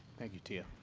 thank you, tia.